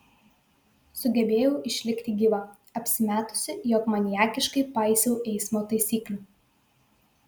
sugebėjau išlikti gyva apsimetusi jog maniakiškai paisau eismo taisyklių